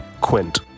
Quint